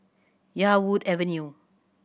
Yarwood Avenue